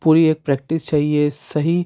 پوری ایک پریکٹس چاہیے صحیح